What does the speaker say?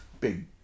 big